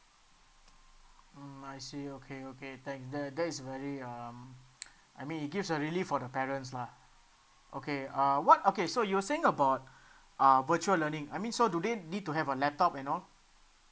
mm I see okay okay thank the that is very um I mean it gives a relief for the parents lah okay uh what okay so you were saying about uh virtual learning I mean so do they need to have a laptop and all